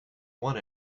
one